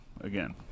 again